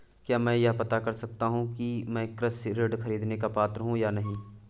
क्या मैं यह पता कर सकता हूँ कि मैं कृषि ऋण ख़रीदने का पात्र हूँ या नहीं?